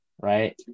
right